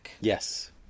Yes